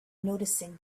noticing